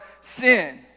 sin